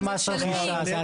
הם משלמים.